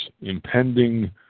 impending